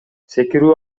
секирүү